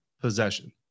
possession